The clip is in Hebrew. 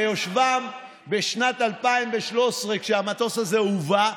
ביושבם בשנת 2013 כשהמטוס הזה הובא,